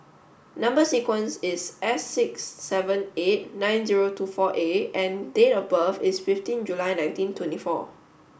number sequence is S six seven eight nine zero two four A and date of birth is fifteen July nineteen twenty four